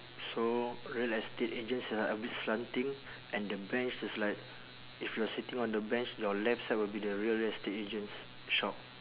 so real estate agents are a bit slanting and the bench is like if you are sitting on the bench your left side will be the real estate agents shop